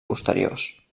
posteriors